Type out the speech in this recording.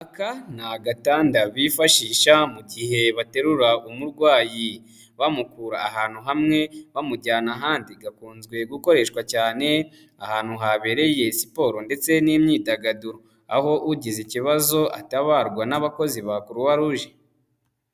Aka ni agatanda bifashisha mu gihe baterura umurwayi, bamukura ahantu hamwe bamujyana ahandi, gakunzwe gukoreshwa cyane ahantu habereye siporo ndetse n'imyidagaduro, aho ugize ikibazo atabarwa n'abakozi ba Croix rouge.